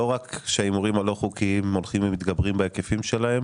לא רק שההימורים הלא חוקיים הולכים ומתגברים בהיקפים שלהם